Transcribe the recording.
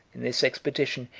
in this expedition,